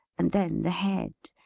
and then the head,